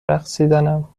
رقصیدنم